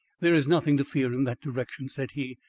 there is nothing to fear in that direction, said he.